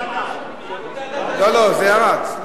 לא, לא, זה ירד.